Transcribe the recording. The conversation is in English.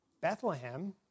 Bethlehem